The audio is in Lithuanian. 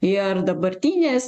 ir dabartinės